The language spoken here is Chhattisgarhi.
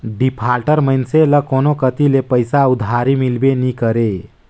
डिफाल्टर मइनसे ल कोनो कती ले पइसा उधारी मिलबे नी करे